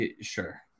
Sure